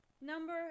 number